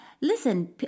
listen